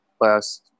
last